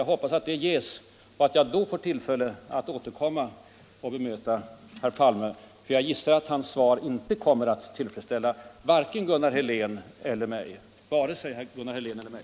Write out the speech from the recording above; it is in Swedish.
Jag hoppas att det ges och att jag då får tillfälle att återkomma och bemöta herr Palme. Jag utgår nämligen ifrån att hans svar inte kommer att tillfredsställa vare sig Gunnar Helén eller mig.